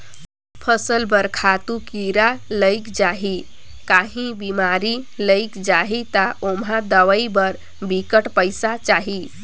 फसल बर खातू, कीरा लइग जाही चहे काहीं बेमारी लइग जाही ता ओम्हां दवई बर बिकट पइसा चाही